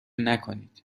نکنید